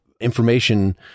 information